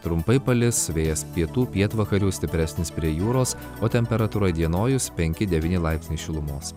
trumpai palis vėjas pietų pietvakarių stipresnis prie jūros o temperatūra įdienojus penki devyni laipsniai šilumos